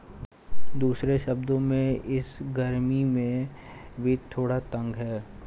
दूसरे शब्दों में, इस गर्मी में वित्त थोड़ा तंग है